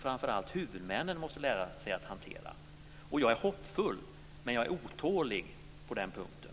Framför allt måste huvudmännen lära sig att hantera dem. Jag är hoppfull, men jag är otålig på den punkten.